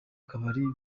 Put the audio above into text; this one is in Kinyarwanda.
kabari